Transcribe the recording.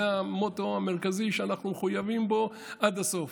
זה המוטו המרכזי שאנחנו מחויבים לו עד הסוף.